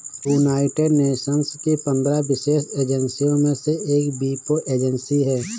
United Nations की पंद्रह विशेष एजेंसियों में से एक वीपो एजेंसी है